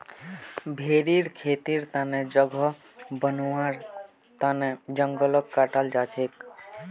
भेरीर खेतीर तने जगह बनव्वार तन जंगलक काटाल जा छेक